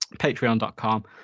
Patreon.com